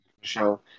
show